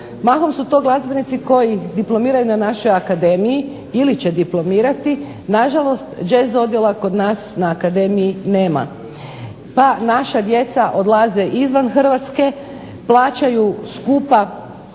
Mahom su to glazbenici koji diplomiraju na našoj akademiji ili će diplomirati. Nažalost jazz odjela kod nas na akademiji nema pa naša djeca odlaze izvan Hrvatske, plaćaju skupo